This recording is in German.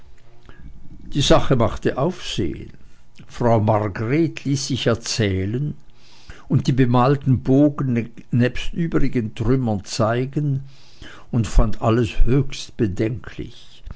die sache machte aufsehen frau margret ließ sich erzählen und die bemalten bogen nebst übrigen trümmern zeigen und fand alles höchst bedenklich